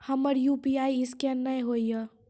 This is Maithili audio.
हमर यु.पी.आई ईसकेन नेय हो या?